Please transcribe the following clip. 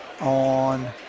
on